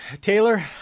Taylor